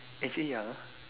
actually ya ah